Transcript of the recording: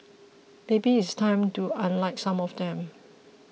maybe it's time to unlike some of them